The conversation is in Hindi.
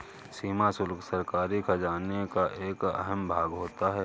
सीमा शुल्क सरकारी खजाने का एक अहम भाग होता है